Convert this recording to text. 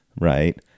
right